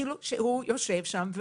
זה כאילו שהוא יושב שם.